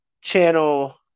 channel